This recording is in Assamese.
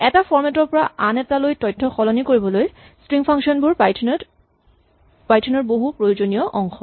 এটা ফৰমেট ৰ পৰা আন এটালৈ তথ্য সলনি কৰিবলৈ স্ট্ৰিং ফাংচন বোৰ পাইথন ৰ বহুত প্ৰয়োজনীয় অংশ